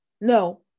No